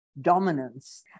dominance